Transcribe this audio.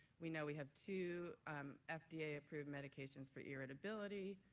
we know we have two ah fda-approved medications for irritability,